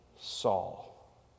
Saul